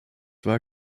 war